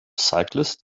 cyclists